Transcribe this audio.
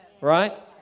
right